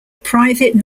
private